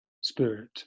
spirit